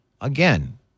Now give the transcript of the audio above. Again